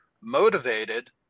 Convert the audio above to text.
motivated